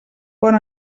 bon